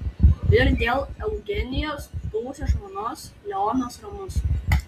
ir dėl eugenijos buvusios žmonos leonas ramus